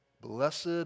Blessed